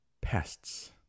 pests